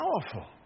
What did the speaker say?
powerful